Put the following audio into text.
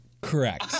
Correct